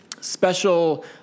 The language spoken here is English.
special